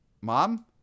mom